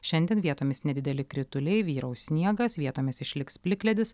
šiandien vietomis nedideli krituliai vyraus sniegas vietomis išliks plikledis